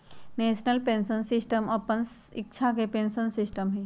national pension system अप्पन इच्छा के पेंशन सिस्टम हइ